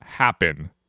happen